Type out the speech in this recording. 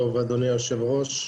אדוני היושב ראש,